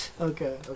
okay